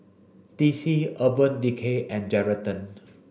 D C Urban Decay and Geraldton